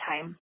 time